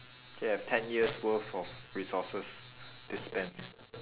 you have ten years' worth of resources to spend